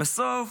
בסוף